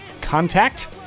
contact